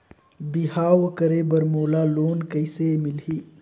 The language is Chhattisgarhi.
बिहाव करे बर मोला लोन कइसे मिलही?